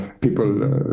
People